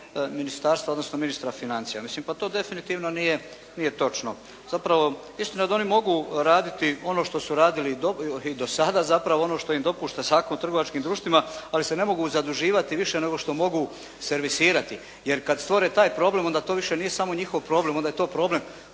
ministarstva, odnosno ministra financija. Mislim, pa to definitivno nije točno. Zapravo, istina je da oni mogu raditi ono što su radili i do sada, zapravo ono što im dopušta Zakon o trgovačkim društvima ali se ne mogu zaduživati više nego što mogu servisirati jer kad stvore taj problem onda to više nije samo njihov problem, onda je to problem